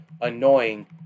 annoying